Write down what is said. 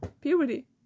Puberty